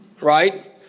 right